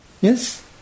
Yes